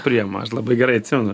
priima labai gerai atsimenu